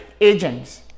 agents